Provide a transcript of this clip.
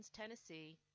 Tennessee